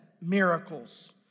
miracles